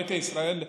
ביתא ישראל,